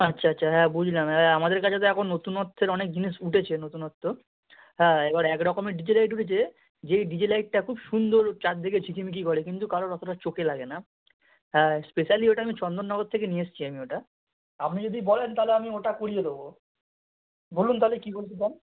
আচ্ছা আচ্ছা হ্যাঁ বুঝলাম হ্যাঁ আমাদের কাছে তো এখন নতুনত্বের অনেক জিনিস উথেছে নতুনত্ব হ্যাঁ এবার এক রকমের ডিজে লাইট উঠেছে যেই ডিজে লাইটটা খুব সুন্দর চারদিকে ঝিকিমিকি করে কিন্তু কারোর অতোটা চোখে লাগে না হ্যাঁ স্পেশালি ওটা আমি চন্দননগর থেকে নিয়ে এসছি আমি ওটা আপনি যদি বলেন তাহলে আমি ওটা করিয়ে দেবো বলুন তাহলে কী বলতে চান